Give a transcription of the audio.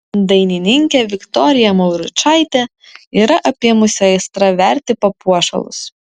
dainininkę viktoriją mauručaitę yra apėmusi aistra verti papuošalus